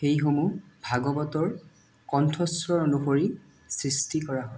সেইসমূহ ভাগৱতৰ কণ্ঠস্বৰ অনুসৰি সৃষ্টি কৰা হয়